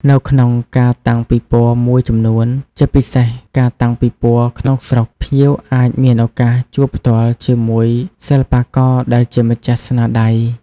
នៅក្នុងការតាំងពិពណ៌មួយចំនួន ជាពិសេសការតាំងពិពណ៌ក្នុងស្រុក ភ្ញៀវអាចមានឱកាសជួបផ្ទាល់ជាមួយសិល្បករដែលជាម្ចាស់ស្នាដៃ។